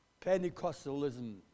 Pentecostalism